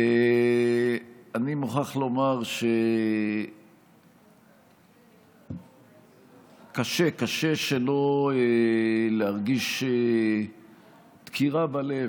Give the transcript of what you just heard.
אני מוכרח לומר שקשה שלא להרגיש דקירה בלב,